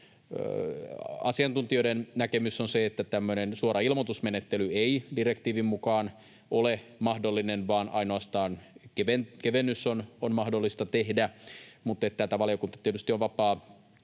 asiantuntijoiden näkemys on se, että tämmöinen suora ilmoitusmenettely ei direktiivin mukaan ole mahdollinen vaan ainoastaan kevennys on mahdollista tehdä. Valiokunta tietysti on vapaa